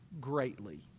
greatly